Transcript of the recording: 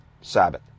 Sabbath